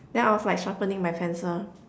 then I was like sharpening my pencil